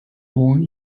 born